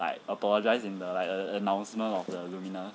like apologise in like the announcement on LumiNUS